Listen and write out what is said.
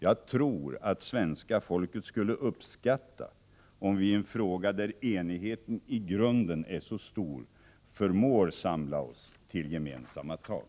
Jag tror att svenska folket skulle uppskatta om vi i en fråga där enigheten i grunden är så stor förmår samla oss till gemensamma tag.